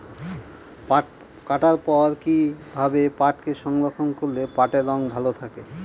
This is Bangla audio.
পাট কাটার পর কি ভাবে পাটকে সংরক্ষন করলে পাটের রং ভালো থাকে?